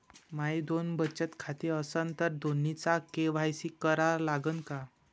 माये दोन बचत खाते असन तर दोन्हीचा के.वाय.सी करा लागन का?